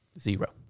Zero